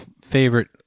favorite